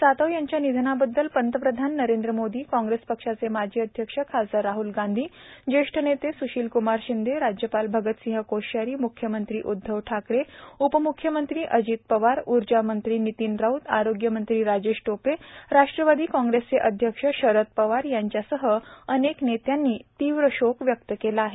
सातव यांच्या निधनाबददल पंतप्रधान नरेंद्र मोदी काँग्रेस पक्षाचे माजी अध्यक्ष खासदार राहल गांधी ज्येष्ठ नेते स्शीलक्मार शिंदे राज्यपाल भगतसिंह कोश्यारी म्ख्यमंत्री उद्धव ठाकरे उपम्ख्यमंत्री अजीत पवार ऊर्जामंत्री नितीन राऊत आरोग्यमंत्री राजेश टोपे राष्ट्रवादी काँग्रेसचे अध्यक्ष शरद पवार यांच्यासह अनेक नेत्यांनी तीव्र शोक व्यक्त केला आहे